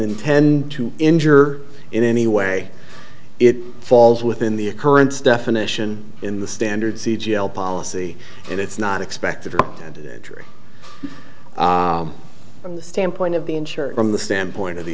intend to injure in any way it falls within the occurence definition in the standard c g l policy and it's not expected and tree from the standpoint of the insurer from the standpoint of the